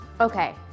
Okay